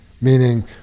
Meaning